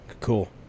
Cool